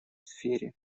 сфере